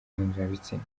mpuzabitsina